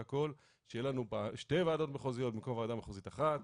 ושיהיו לנו שתי ועדות מחוזיות במקום ועדה מחוזית אחת.